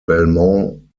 belmont